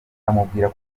amubwira